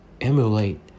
emulate